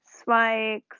Spikes